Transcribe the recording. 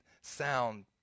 sound